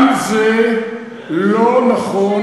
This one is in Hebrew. גם זה לא נכון,